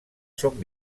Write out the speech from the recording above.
són